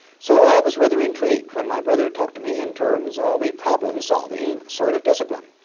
so i was rather intrigued when my brother talked to me in terms of a problem solving sort of discipline.